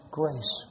grace